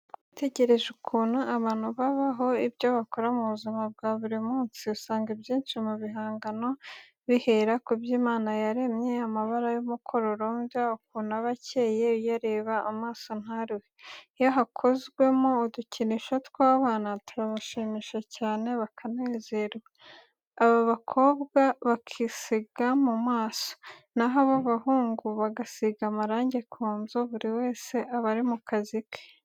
Iyo witegereje ukuntu abantu babaho, ibyo bakora mu buzima bwa buri munsi, usanga ibyinshi mu bihangano bihera ku byo Imana yaremye, amabara y'umukororombya, ukuntu aba akeye, urayareba amaso ntaruhe. Iyo hakozwemo udukinisho tw'abana turabashimisha cyane, bakanezerwa, ab'abakobwa bakisiga mu maso, naho ab'abahungu bagasiga amarangi ku nzu, buri wese aba ari mu kazi ke.